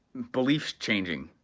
beliefs changing,